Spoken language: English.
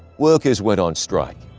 workers went on strike.